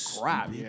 crap